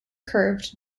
curved